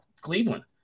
Cleveland